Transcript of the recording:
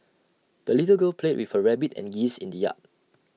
the little girl played with her rabbit and geese in the yard